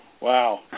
Wow